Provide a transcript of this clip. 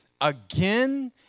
again